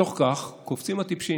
בתוך כך קופצים הטיפשים